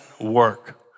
work